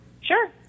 Sure